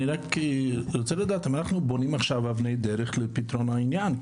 אני רק רוצה לדעת אם אנחנו בונים אבני דרך לפתרון העניין,